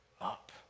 Up